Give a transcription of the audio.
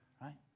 right